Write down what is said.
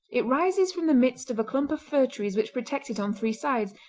it rises from the midst of a clump of fir-trees which protect it on three sides,